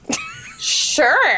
Sure